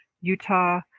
Utah